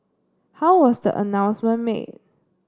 how was the announcement made